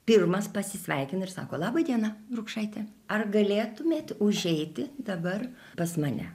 pirmas pasisveikina ir sako laba diena lukšaite ar galėtumėt užeiti dabar pas mane